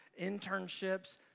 internships